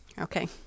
Okay